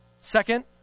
Second